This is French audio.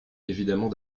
évidemment